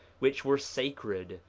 which were sacred,